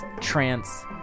Trance